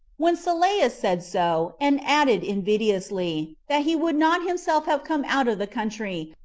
when sylleus said so, and added invidiously, that he would not himself have come out of the country,